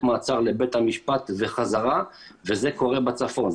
מעצר לבית המשפט וחזרה וזה קורה בצפון.